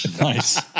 Nice